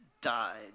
died